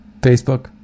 Facebook